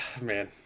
man